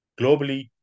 Globally